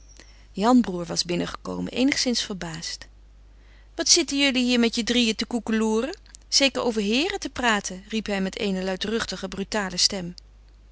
janbroêr was binnengekomen eenigszins verbaasd wat zitten jullie hier met je drieën te koekeloeren zeker over heeren te praten riep hij met eene luidruchtige brutale stem